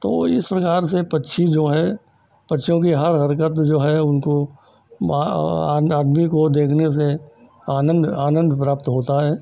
तो इस प्रकार से पक्षी जो हैं पक्षियों की हर हरकत जो है उनको आद आदमी को देखने से आनन्द आनन्द प्राप्त होता है